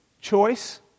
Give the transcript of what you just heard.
choice